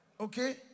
Okay